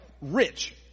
rich